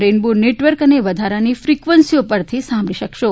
rainbow નેટવર્કઅને વધારાની ફિકવન્સીઓ પરથી સાંભળી શકશો